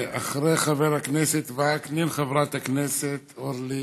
אחרי חבר הכנסת וקנין, חברת הכנסת אורלי